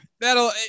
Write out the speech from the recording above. that'll